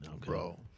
Bro